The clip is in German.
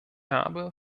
habe